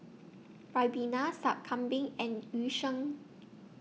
Ribena Sup Kambing and Yu Sheng